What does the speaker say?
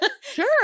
Sure